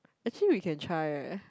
actually we can try eh